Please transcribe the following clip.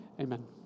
Amen